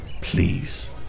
please